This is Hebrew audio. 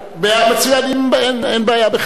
מצוין, אין בעיה בכלל.